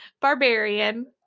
barbarian